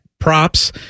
props